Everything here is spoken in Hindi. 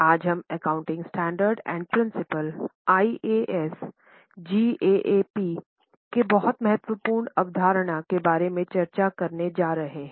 आज हम accounting standard and principle IAS GAAP के बहुत महत्वपूर्ण अवधारणा के बारे में चर्चा करने जा रहे हैं